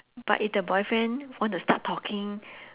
but if the boyfriend want to start talking